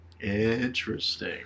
Interesting